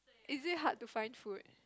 is it hard to find food